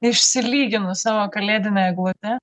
išsilyginu savo kalėdinę eglutę